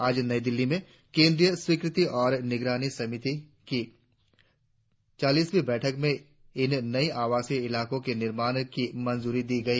आज नई दिल्ली में केंद्र स्वीकृति और निगरानी समिति की चालीसवीं बैठक में इन नयी आवासीय इकाइयों के निर्माण की मंजूरी दी गई